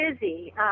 busy